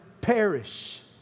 perish